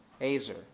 Azer